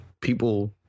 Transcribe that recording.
people